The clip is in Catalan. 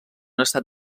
estat